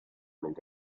negli